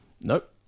Nope